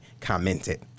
commented